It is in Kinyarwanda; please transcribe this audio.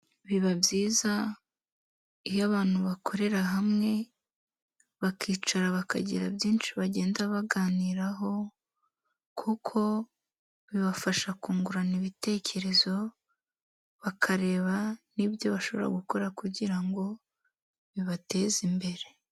Biba byiza iyo abantu bakorera hamwe, bakicara bakagira byinshi bagenda baganiraho, kuko bibafasha kungurana ibitekerezo, bakareba n'ibyo bashobora gukora kugira ngo, bibateze imbere.